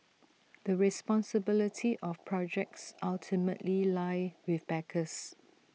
the responsibility of projects ultimately lie with backers